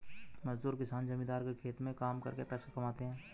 मजदूर किसान जमींदार के खेत में काम करके पैसा कमाते है